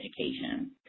education